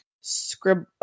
scribble